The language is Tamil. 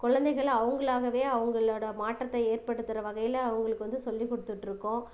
குழந்தைகள் அவங்களாகவே அவங்களோடய மாற்றத்தை ஏற்படுத்துகிற வகையில் அவங்களுக்கு வந்து சொல்லி கொடுத்துட்ருக்கோம்